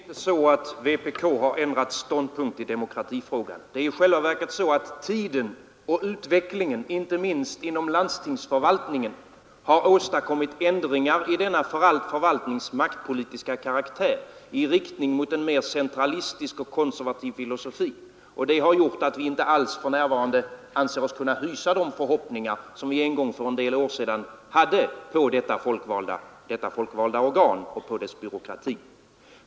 Herr talman! Det är inte så att vpk har ändrat ståndpunkt i demokratifrågan. Det är i själva verket så att tiden och utvecklingen, inte minst inom landstingsförvaltningen, har åstadkommit ändringar i landstingsförvaltningens maktpolitiska karaktär i riktning mot en mera centralistisk och konservativ filosofi, och det har gjort att vi för närvarande inte anser oss kunna hysa de förhoppningar som vi för en del år sedan hade på detta folkvalda organ och på dess byråkrati.